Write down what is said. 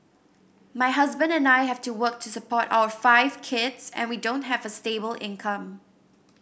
my husband and I have to work to support our five kids and we don't have a stable income